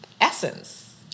essence